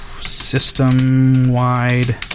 System-wide